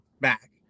back